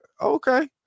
okay